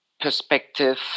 perspective